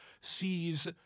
sees